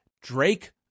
Drake